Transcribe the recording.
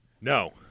No